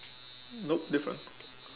nope different